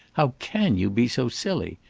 how can you be so silly?